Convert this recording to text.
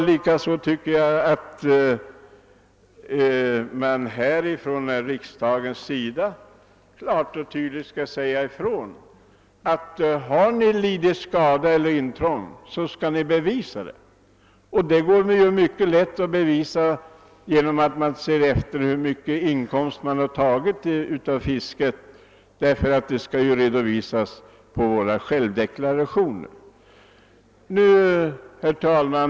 Likaså tycker jag att man från riksdagens sida klart och tydligt skall säga ifrån, att den som lidit skada eller intrång skall bevisa det. Detta är mycket lätt att bevisa genom att se efter hur stora inkomster vederbörande fått av fisket, därför att det skall ju redovisas i självdeklarationerna.